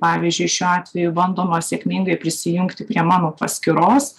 pavyzdžiui šiuo atveju bandoma sėkmingai prisijungti prie mano paskyros